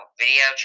video